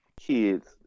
kids